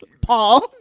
paul